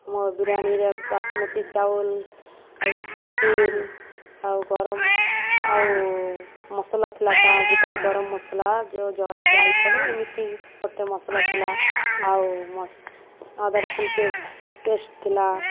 ମୋ ବିରିୟାନୀରେ ବାସୁମତୀ ଚାଉଳ ଆଉ ଚିକେନ୍ ଆଉ ଗରମ ଆଉ ମସଲା ଥିଲା ତା ଭିତରେ ଗରମ ମସଲା ଯେଉଁ ଜ ଜାଇଫଳ ଏମିତି ଗୋଟେ ମସଲା ଥିଲା ଆଉ ଅଦା ରସୁଣ ପେସ୍ ପେଷ୍ଟ୍ ଥିଲା